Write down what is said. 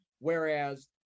whereas